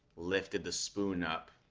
lifted the spoon up,